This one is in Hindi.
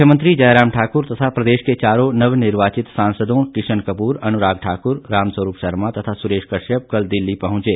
मुख्यमंत्री जयराम ठाकुर तथा प्रदेश के चारों नव निर्वाचित सांसदों किशन कपूर अनुराग ठाकुर रामस्वरूप शर्मा तथा सुरेश कश्यप कल दिल्ली पहुंचे